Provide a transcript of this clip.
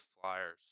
Flyers